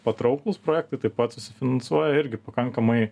patrauklūs projektai taip pat susifinansuoja irgi pakankamai